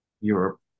europe